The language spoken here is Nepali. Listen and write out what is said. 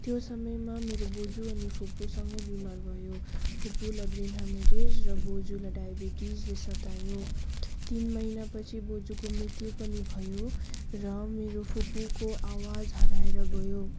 त्यो समयमा मेरो बोजू अनि फुपूसँगै बिमार भयो फुपूलाई ब्रेन ह्याम्रेज र बोजूलाई डाइबेटिजले सतायो तिन महिनापछि बोजूको मृत्यु पनि भयो र मेरो फुपूको आवाज हराएर गयो